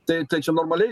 tai tai čia normaliai